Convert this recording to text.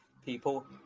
People